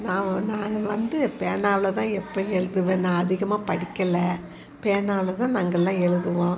நாங்கள் நான் வந்து பேனாவில்தான் எப்பயும் எழுதுவேன் நான் அதிகமாக படிக்கலை பேனாவில்தான் நாங்கெல்லாம் எழுதுவோம்